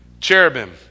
Cherubim